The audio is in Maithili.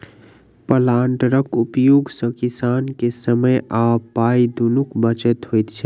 प्लांटरक उपयोग सॅ किसान के समय आ पाइ दुनूक बचत होइत छै